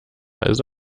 also